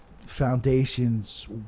Foundations